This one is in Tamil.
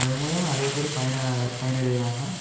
அது மூலிமா நிறைய பேர் பயனடைய பயனடைகிறாங்க